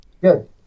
Good